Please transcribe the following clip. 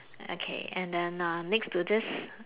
okay and then next to this